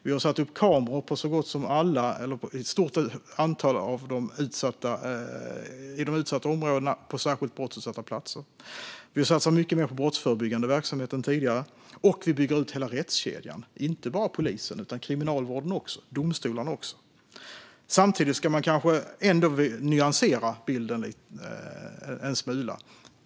Vi har satt upp kameror i ett stort antal av de utsatta områdena på särskilt brottsutsatta platser. Vi satsar mycket mer än tidigare på brottsförebyggande verksamhet, och vi bygger ut hela rättskedjan, inte bara polisen utan också kriminalvården och domstolarna. Låt oss nyansera bilden en smula.